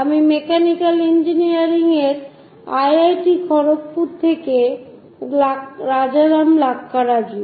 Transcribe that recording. আমি mechanical engineering IIT Kharagpur IIT Kharagpur থেকে রাজারাম লাক্কারাজু